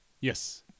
Yes